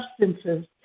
substances